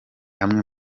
amwe